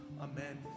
Amen